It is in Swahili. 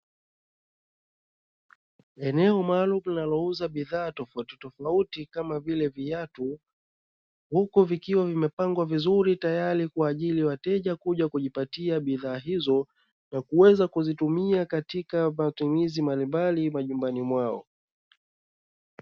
Eneo maalumu linalouza bidhaa tofauti tofauti kama vile viatu, huku vikiwa vimepangwa vizuri tayari kwa ajili ya wateja kuja kujipatia bidhaa hizo, na kuweza kuzitumia katika matumizi mbalimbali majumbani mwao.